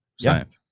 Science